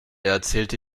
erzählte